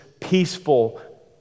peaceful